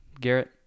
Garrett